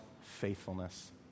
faithfulness